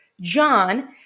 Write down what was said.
John